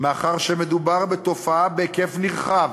מאחר שמדובר בתופעה בהיקף נרחב,